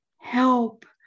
help